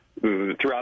Throughout